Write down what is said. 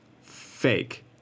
fake